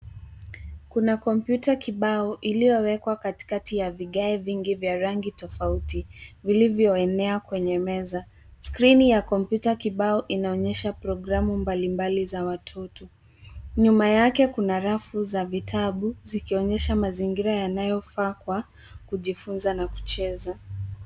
Kuna kompyuta kibao iliyowekwa katikati ya vigae vingi vya rangi tofauti, vilivyoenea kwenye meza. Skrini ya kompyuta kibao inaonyesha programu mbalimbali za watoto. Nyuma yake kuna rafu za vitabu zikionyesha mazingira yanayofaa kwa kujifunza na kucheza.